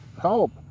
Help